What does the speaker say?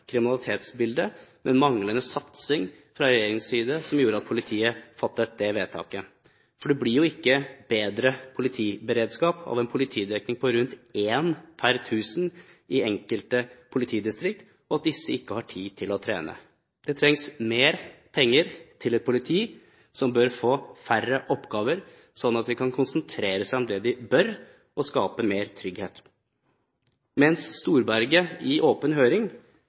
kriminalitetsbildet, men manglende satsing fra regjeringens side som gjorde at politiet fattet det vedtaket, for det blir ikke bedre politiberedskap av at det i enkelte politidistrikt er en politidekning på én per tusen, og at disse ikke har tid til å trene. Det trengs mer penger til et politi som bør få færre oppgaver, sånn at de kan konsentrere seg om det de bør – skape mer trygghet. Mens Storberget i åpen høring